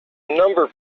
number